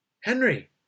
Henry